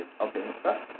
Okay